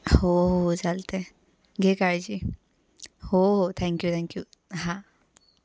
हो हो हो चालतं आहे घे काळजी हो हो थँक्यू थँक्यू हां